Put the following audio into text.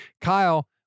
Kyle